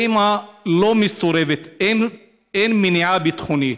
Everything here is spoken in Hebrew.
האימא מסורבת, אין מניעה ביטחונית.